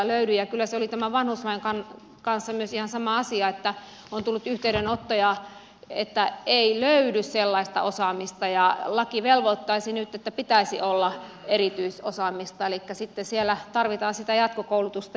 kyllä se oli myös vanhuslain kanssa ihan sama asia että on tullut yhteydenottoja että ei löydy sellaista osaamista ja laki velvoittaisi nyt että pitäisi olla erityisosaamista elikkä sitten siellä tarvitaan jatkokoulutusta